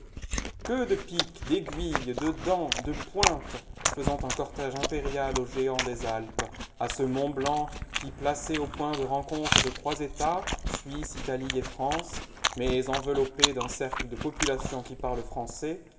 que de pics d'aiguilles de dents de pointes faisant un cortège impérial au géant des alpes à ce mont-blanc qui placé au point de rencontre de trois etats suisse italie et france mais enveloppé d'un cercle de populations qui parlent français